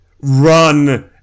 run